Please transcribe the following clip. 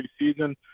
preseason